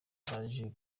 baje